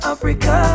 Africa